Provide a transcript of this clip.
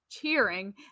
cheering